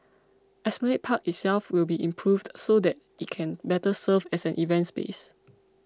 Esplanade Park itself will be improved so that it can better serve as an event space